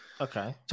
Okay